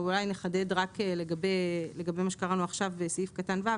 אבל אולי נחדד רק לגבי מה שקראנו עכשיו בסעיף קטן (ו).